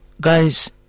guys